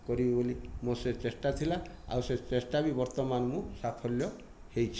କରିବି ବୋଲି ମୋର ସେ ଚେଷ୍ଟା ଥିଲା ଆଉ ସେ ଚେଷ୍ଟା ବି ବର୍ତ୍ତମାନ ମୁ ସାଫଲ୍ୟ ହୋଇଛି